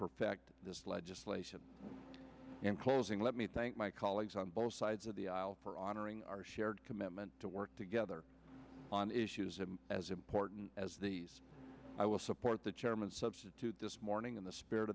perfect this legislation in closing let me thank my colleagues on both sides of the aisle for honoring our shared commitment to work together on issues and as important as i will support the chairman substitute this morning in the spirit